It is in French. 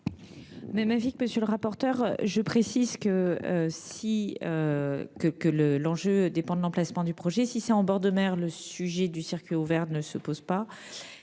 de M. le rapporteur. Je précise que l'enjeu dépend de l'emplacement du projet : en bord de mer, le sujet du circuit ouvert ne se pose pas